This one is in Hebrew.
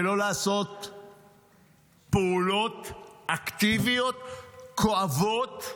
ולא לעשות פעולות אקטיביות כואבות,